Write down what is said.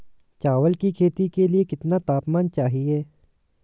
चावल की खेती के लिए कितना तापमान चाहिए?